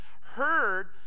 heard